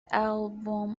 album